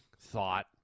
thought